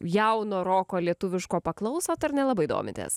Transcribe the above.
jauno roko lietuviško paklausot ar nelabai domitės